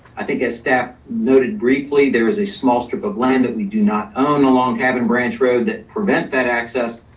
i think as staff noted briefly, there is a small strip of land that we do not own along kevin branch road that prevents that access,